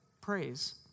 praise